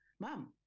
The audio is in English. Mom